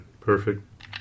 Perfect